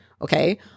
Okay